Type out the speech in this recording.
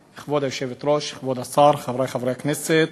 היושבת-ראש, כבוד השר, חברי חברי הכנסת,